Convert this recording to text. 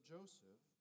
Joseph